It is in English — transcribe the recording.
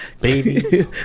Baby